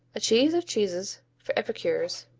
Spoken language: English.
a cheese of cheeses for epicures,